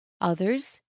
others